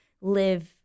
live –